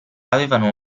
avevano